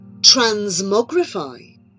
Transmogrify